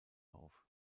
auf